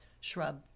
shrub